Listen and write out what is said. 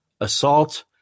assault